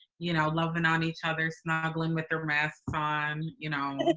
you know, loving on each other, snuggling with their masks on. you know